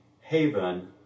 haven